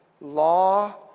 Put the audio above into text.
law